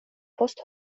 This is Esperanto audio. post